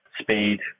speed